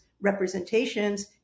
representations